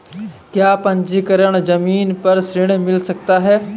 क्या पंजीकरण ज़मीन पर ऋण मिल सकता है?